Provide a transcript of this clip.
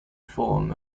form